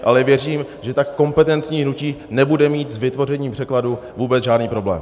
Ale věřím, že tak kompetentní hnutí nebude mít s vytvořením překladu vůbec žádný problém.